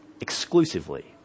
exclusively